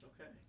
okay